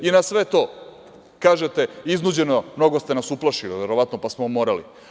Na sve to kažete – iznuđeno, mnogo ste nas uplašili verovatno pa smo morali.